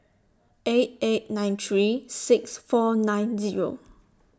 eight eight nine three six four nine Zero